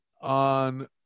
on